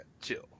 chill